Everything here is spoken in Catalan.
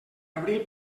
abril